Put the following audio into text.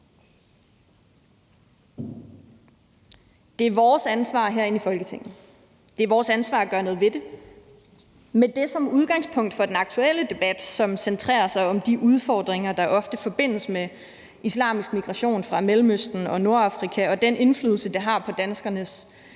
Det er vores ansvar herinde i Folketinget. Det er vores ansvar at gøre noget ved det. Med det som udgangspunkt for den aktuelle debat, som centrerer sig om de udfordringer, der ofte forbindes med islamisk migration fra Mellemøsten og Nordafrika, og den indflydelse, det har på danskernes levevis,